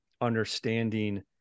understanding